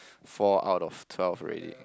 four out of twelve ready